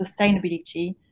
sustainability